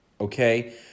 Okay